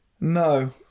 No